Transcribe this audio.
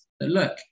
look